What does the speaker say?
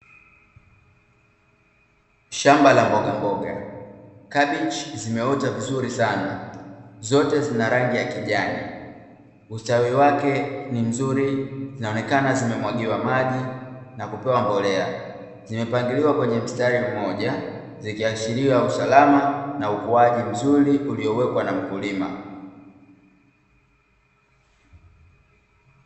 Shamba la mbogamboga. Kabichi zimeota vizuri sana, zote zina rangi ya kijani. Usitawi wake ni mzuri. Zinaonekana zimemwagiwa maji na kupewa mbolea. Zimepangiliwa kwenye mstari mmoja, zikiashiria usalama na ukuaji mzuri uliowekwa na mkulima.